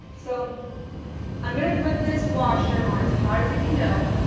so i'm gonna put this washer on as hot as it can go.